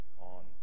on